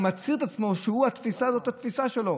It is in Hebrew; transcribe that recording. הוא מצהיר על עצמו שזו התפיסה שלו.